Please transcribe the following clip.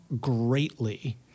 greatly